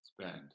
Spend